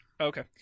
okay